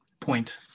point